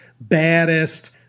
baddest